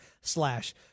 slash